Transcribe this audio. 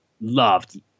loved